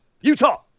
Utah